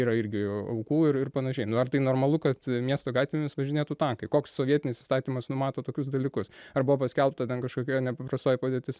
yra irgi a aukų ir panašiai nu ar tai normalu kad miesto gatvėmis važinėtų tankai koks sovietinis įstatymas numato tokius dalykus arba paskelbta ten kažkokioji nepaprastoji padėtis